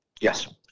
Yes